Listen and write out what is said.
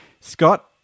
Scott